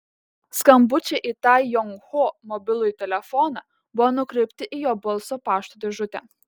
skambučiai į tai jong ho mobilųjį telefoną buvo nukreipti į jo balso pašto dėžutę